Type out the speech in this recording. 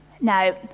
Now